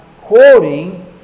quoting